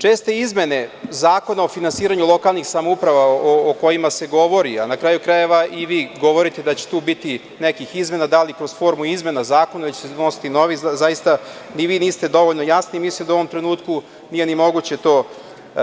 Česte izmene Zakona o finansiranju lokalnih samouprava o kojima se govori, a na kraju krajeva i vi govorite da će tu biti nekih izmena, da li kroz formu izmena zakona ili će se donositi novi, zaista ni vi niste dovoljno jasni, ali mislim da u ovom trenutku nije ni moguće to